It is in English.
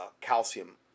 calcium